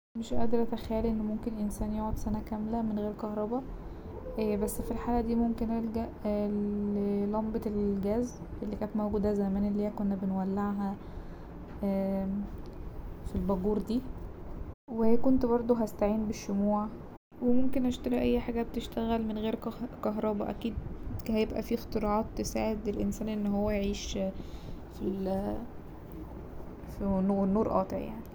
مش قادرة اتخيل ان ممكن انسان يقعد سنة كاملة من غير كهربا بس في الحالة دي ممكن ألجأ للمبة الجاز اللي كانت موجودة زمان اللي هي كنا بنولعها في الباجور دي وكنت برضه هستعين بالشموع وممكن اشتري اي حاجة بتشتغل من غير كه- كهربا اكيد هيبقى فيه اختراعات تساعد الانسان ان هو يعيش في- ال- والنور قاطع يعني.